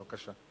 בבקשה.